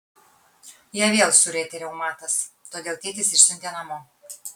ją vėl surietė reumatas todėl tėtis išsiuntė namo